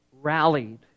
rallied